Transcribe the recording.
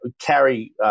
carry